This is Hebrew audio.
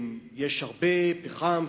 יש הרבה פחם,